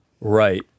Right